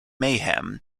mayhew